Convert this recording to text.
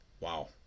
wow